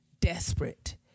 desperate